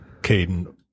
Caden